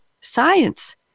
science